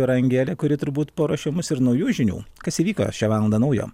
yra angelė kuri turbūt paruošė mus ir naujų žinių kas įvyko šią valandą naujo